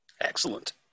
Excellent